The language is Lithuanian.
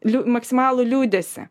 liu į maksimalų liūdesį